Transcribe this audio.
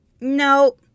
No